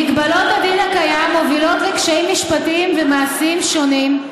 מגבלות הדין הקיים מובילות לקשיים משפטיים ומעשיים שונים,